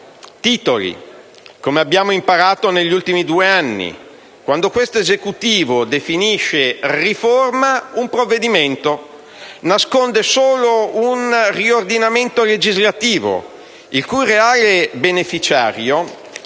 quelli che abbiamo imparato negli ultimi due anni, come quando questo Esecutivo ha definito «riforma» un provvedimento, che nasconde solo un riordinamento legislativo il cui reale beneficiario